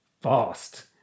fast